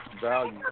value